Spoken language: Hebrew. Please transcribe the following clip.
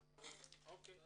לא.